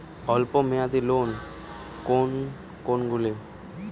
অল্প মেয়াদি লোন কোন কোনগুলি?